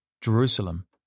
Jerusalem